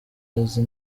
azi